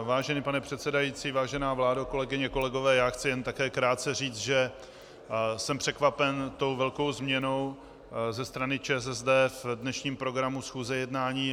Vážený pane předsedající, vážená vládo, kolegyně, kolegové, já chci jen také krátce říct, že jsem překvapen tou velkou změnou ze strany ČSSD v dnešním programu jednání.